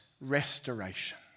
restoration